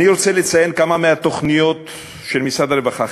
אני רוצה לציין כמה מהתוכניות של משרד הרווחה,